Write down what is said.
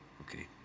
Okay